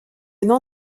nom